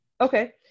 okay